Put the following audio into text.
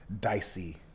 dicey